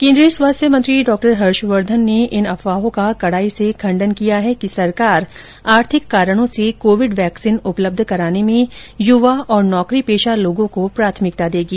केन्द्रीय स्वास्थ्य मंत्री डॉक्टर हर्षवर्धन ने इन अफवाहों का कड़ाई से खंडन किया है कि सरकार आर्थिक कारणों से कोविड वैक्सीन उपलब्ध कराने में युवा और नौकरीपेशा लोगों को प्राथमिकता देगी